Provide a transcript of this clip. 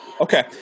Okay